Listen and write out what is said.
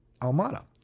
Almada